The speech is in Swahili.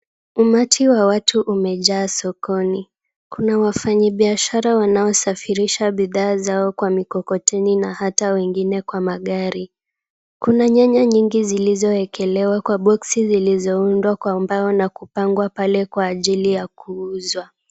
Umati wa watu umejaa sokoni. Kuna wafanyibiashara wanaosafirisha bidhaa zao kwa mikokoteni na hata wengine kwa magari. Kuna nyanya nyingi zilizowekelewa kwa boksi zilizoundwa kwa mbao na kupangwa pale kwa ajili ya kuuzwa.